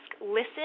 listen